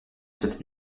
cette